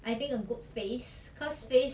I think a good face cause face